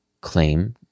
claim